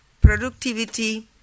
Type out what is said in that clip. productivity